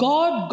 God